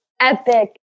epic